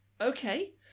okay